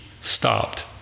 stopped